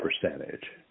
percentage